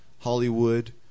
Hollywood